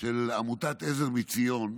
של עמותת עזר מציון,